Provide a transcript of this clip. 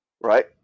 right